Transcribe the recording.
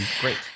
great